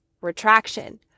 Retraction